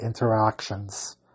interactions